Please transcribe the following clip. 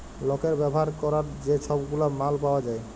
লকের ব্যাভার ক্যরার যে ছব গুলা মাল পাউয়া যায়